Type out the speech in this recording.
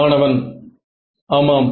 மாணவன் ஆமாம்